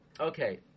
Okay